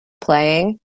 playing